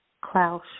Klaus